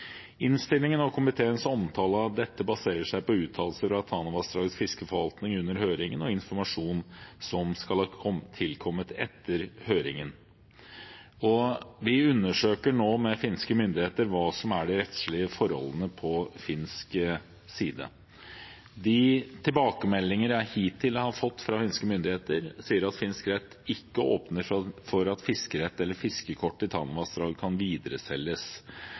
Innstillingen og komiteens omtale av dette baserer seg på uttalelser fra Tanavassdragets fiskeforvaltning under høringen og informasjon som skal ha tilkommet etter høringen. Vi undersøker nå med finske myndigheter hva som er de rettslige forholdene på finsk side. De tilbakemeldingene jeg hittil har fått fra finske myndigheter, sier at finsk rett ikke åpner for at fiskerett eller fiskekort til Tanavassdraget kan videreselges.